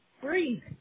breathe